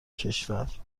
کشور